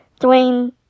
Dwayne